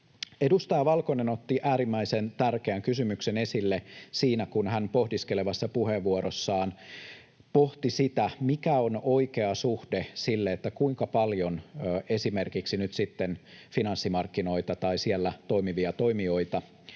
Edustaja Valkonen otti äärimmäisen tärkeän kysymyksen esille, kun hän pohdiskelevassa puheenvuorossaan pohti sitä, mikä on oikea suhde sille, kuinka paljon esimerkiksi finanssimarkkinoita tai siellä toimivia toimijoita